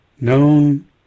known